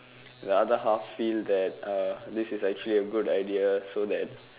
the other half feel that this is actually a good idea so that